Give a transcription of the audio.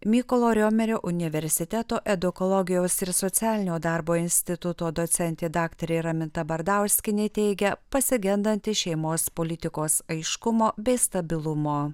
mykolo riomerio universiteto edukologijos ir socialinio darbo instituto docentė daktarė raminta bardauskienė teigia pasigendanti šeimos politikos aiškumo bei stabilumo